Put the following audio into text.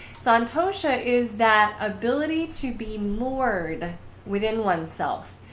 santosha is that ability to be moored within oneself.